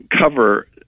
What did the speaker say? cover